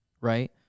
Right